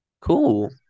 Cool